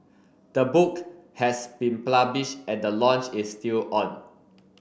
the book has been published and the launch is still on